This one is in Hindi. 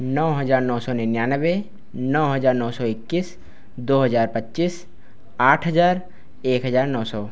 नौ हज़ार नौ सौ निन्यानवे नौ हज़ार नौ सौ इक्कीस दो हज़ार पच्चीस आठ हजार एक हज़ार नौ सौ